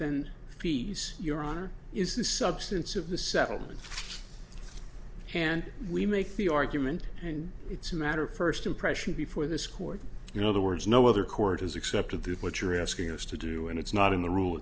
than peace your honor is the substance of the settlement and we make the argument and it's a matter of first impression before this court you know the words no other court has accepted that what you're asking us to do and it's not in the rule